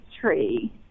tree